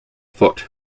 foot